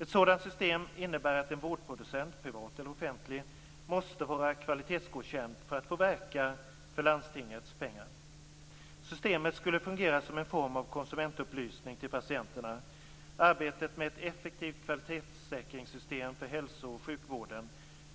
Ett sådant system innebär att en vårdproducent, privat eller offentlig, måste vara kvalitetsgodkänd för att få verka för landstingets pengar. Systemet skulle fungera som en form av konsumentupplysning till patienterna. Arbetet med ett effektivt kvalitetssäkringssystem för hälso och sjukvården